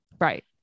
Right